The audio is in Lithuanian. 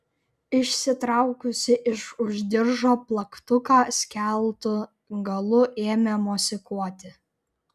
išsitraukusi iš už diržo plaktuką skeltu galu ėmė mosikuoti